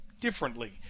differently